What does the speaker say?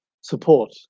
support